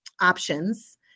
options